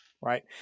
right